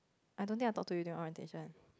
I don't think I talked to you during orientation